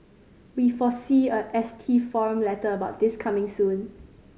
we foresee a S T forum letter about this coming soon